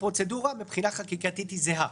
הפרוצדורה מבחינת חקיקה היא זהה.